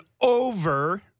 over